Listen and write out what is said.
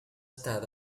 start